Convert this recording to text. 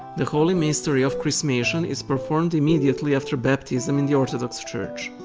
the holy mystery of chrismation is performed immediately after baptism in the orthodox church,